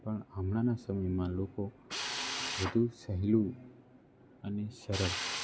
પણ હમણાંના સમયમાં લોકો વધુ સહેલું અને સરળ